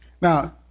Now